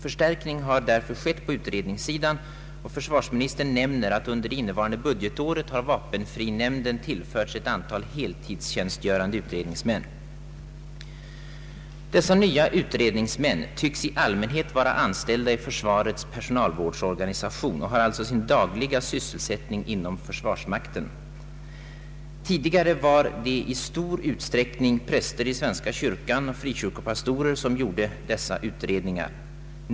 Förstärkning har därför skett på utredningssidan. Försvarsministern nämner att under innevarande budgetår har vapenfrinämnden tillförts ett antal heltidstjänstgörande utredningsmän. Dessa nya utredningsmän tycks i allmänhet vara anställda i försvarets personalvårdsorganisation och har alltså haft sin dagliga sysselsättning inom försvarsmakten. Tidigare var det i stor utsträckning präster i svenska kyrkan och frikyrkopastorer som gjorde dessa utredningar.